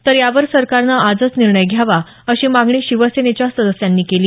तर यावर सरकारनं आजच निर्णय घ्यावा अशी मागणी शिवसेनेच्या सदस्यांनी केली